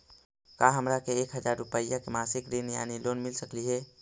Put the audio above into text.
का हमरा के एक हजार रुपया के मासिक ऋण यानी लोन मिल सकली हे?